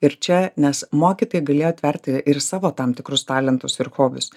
ir čia nes mokytojai galėjo atverti ir savo tam tikrus talentus ir hobius